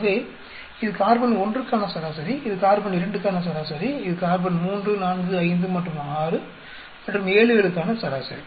ஆகவே இது கார்பன் 1 க்கான சராசரி இது கார்பன் 2 க்கான சராசரி இது கார்பன் 3 4 5 மற்றும் 6 மற்றும் 7 களுக்கான சராசரி